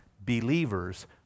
believers